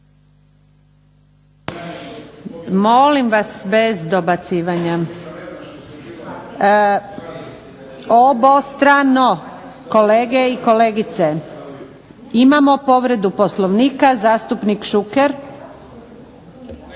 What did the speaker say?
Molim vas bez dobacivanja. Obostrano, kolegice i kolege. Imamo povredu Poslovnika, zastupnik Šuker.